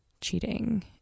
cheating